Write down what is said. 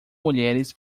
mulheres